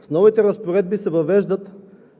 С новите разпоредби се въвеждат